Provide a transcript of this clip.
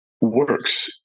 works